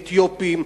אתיופים.